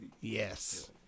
Yes